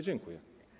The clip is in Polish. Dziękuję.